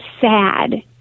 sad